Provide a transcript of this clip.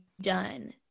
done